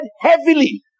heavily